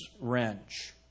wrench